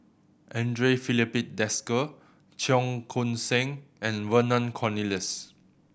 Andre Filipe Desker Cheong Koon Seng and Vernon Cornelius